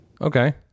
Okay